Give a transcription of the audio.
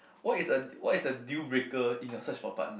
what is a what is a deal breaker in your search for partner